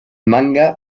manga